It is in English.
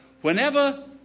whenever